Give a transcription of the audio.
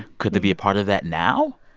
could they be a part of that now?